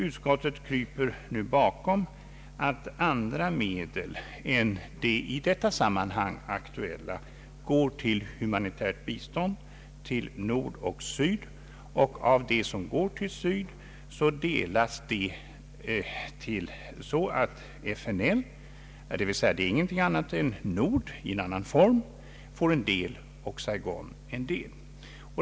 Utskottet kryper nu bakom påståendet att andra medel än de i detta sammanhang aktuella går till humanitärt bistånd till Nord och Syd. Det som går till Syd delas så att FNL — alltså ingenting annat än Nord i en annan form — får en del och Saigon en del.